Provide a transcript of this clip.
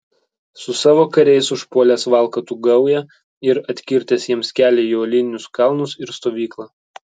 su savo kariais užpuolęs valkatų gaują ir atkirtęs jiems kelią į uolinius kalnus ir stovyklą